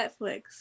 Netflix